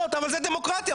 אבל זאת דמוקרטיה.